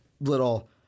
little